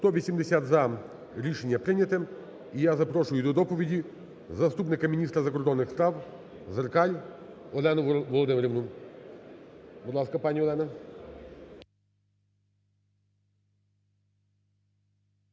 За-180 Рішення прийнято. І я запрошую до доповіді заступника міністра закордонних справ, Зеркаль Олену Володимирівну. Будь ласка, пані Олена.